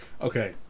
Okay